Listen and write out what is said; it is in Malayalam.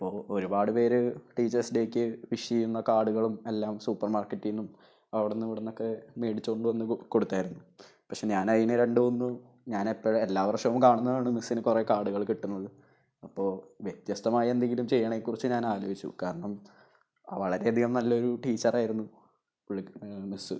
അപ്പോള് ഒരുപാട് പേര് ടീച്ചേയ്സ് ഡേയ്ക്ക് വിഷ് ചെയുന്ന കാർഡുകളും എല്ലാം സൂപ്പർ മാർക്കറ്റില്നിന്നും അവിടന്നും ഇവിടന്നൊക്കെ മേടിച്ചോണ്ട് വന്നു കൊടുത്തായിരുന്നു പക്ഷെ ഞാൻ അതിനു രണ്ട് ഒന്നും എല്ലാ വർഷവും കാണുന്നതാണ് മിസ്സിന് കുറെ കാർഡുകൾ കിട്ടുന്നത് അപ്പോള് വ്യത്യസ്തമായ എന്തേലും ചെയ്യണേനെ കുറിച്ച് ഞാൻ ആലോചിച്ചു കാരണം വളരെയധികം നല്ലൊരു ടീച്ചറായിരുന്നു പുള്ളി മിസ്സ്